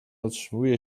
otrzymuje